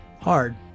hard